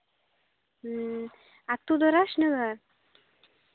ᱟᱛᱳ ᱫᱚ ᱨᱟᱡᱽᱱᱚᱜᱚᱨ